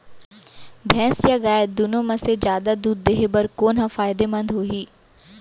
भैंस या गाय दुनो म से जादा दूध देहे बर कोन ह फायदामंद होही?